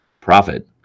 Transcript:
profit